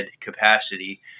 capacity